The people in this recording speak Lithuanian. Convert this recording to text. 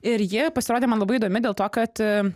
ir ji pasirodė man labai įdomi dėl to kad